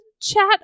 chat